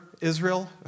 Israel